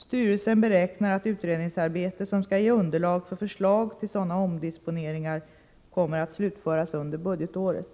Styrelsen beräknar att utredningsarbete som skall ge underlag för förslag om sådana omdisponeringar kommer att slutföras under budgetåret.